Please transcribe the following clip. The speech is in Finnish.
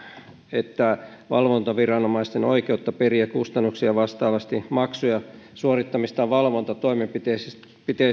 että valvontaviranomaisten oikeutta periä kustannuksia vastaavasti maksuja suorittamistaan valvontatoimenpiteistä